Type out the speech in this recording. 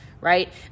right